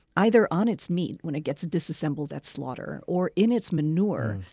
either on its meat when it gets disassembled at slaughter, or in its manure,